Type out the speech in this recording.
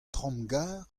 tramgarr